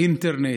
באינטרנט,